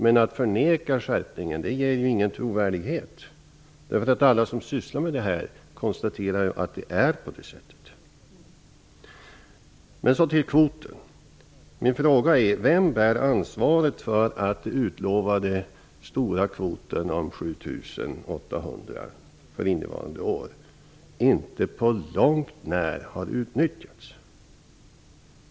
Men att förneka skärpningen ger ingen trovärdighet, eftersom alla som sysslar med detta konstaterar att det är på det sättet. Låt mig sedan gå över till kvoten. Min fråga är: Vem bär ansvaret för att den utlovade stora kvoten på 7 800 för innevarande år inte på långt när har utnyttjats?